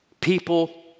people